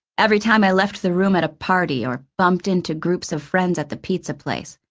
every time i left the room at a party, or bumped into groups of friends at the pizza place.